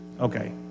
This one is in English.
Okay